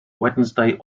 wednesday